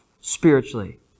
spiritually